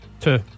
Two